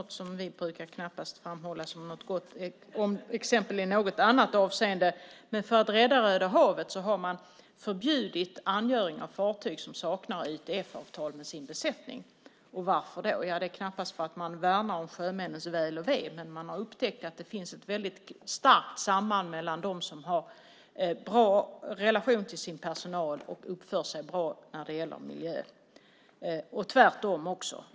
Vi brukar knappast framhålla dem som ett gott exempel i något annat avseende. För att rädda Röda havet har man förbjudit angöring av fartyg som saknar ITF-avtal med sin besättning. Varför har man gjort det? Ja, det är knappast för att man värnar om sjömännens väl och ve, men man har upptäckt att det finns ett väldigt starkt samband mellan att ha en bra relation till sin personal och att uppföra sig bra när det gäller miljön. Och det är tvärtom också.